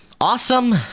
Awesome